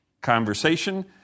conversation